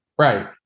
Right